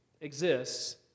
exists